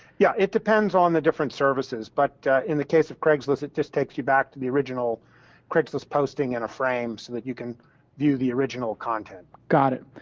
yeah. it depends on the different services, but in the case of craigslist, it just takes you back to the original craigslist's posting in a frame, so that you can view the original content. jason got it.